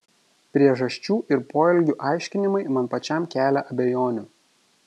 priežasčių ir poelgių aiškinimai man pačiam kelia abejonių